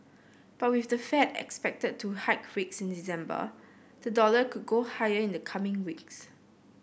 but with the Fed expected to hike rates in December the dollar could go higher in the coming weeks